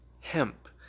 hemp